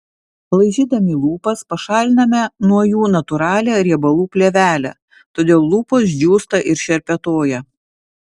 laižydami lūpas pašaliname nuo jų natūralią riebalų plėvelę todėl lūpos džiūsta ir šerpetoja